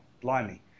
blimey